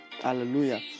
Hallelujah